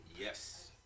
yes